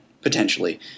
potentially